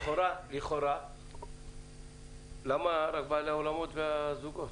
לכאורה למה רק בעלי האולמות והזוגות?